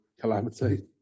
Calamity